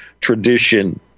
tradition